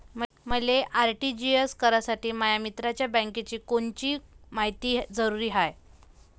मले आर.टी.जी.एस करासाठी माया मित्राच्या बँकेची कोनची मायती जरुरी हाय?